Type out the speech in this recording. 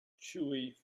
chewy